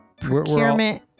Procurement